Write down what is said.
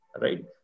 right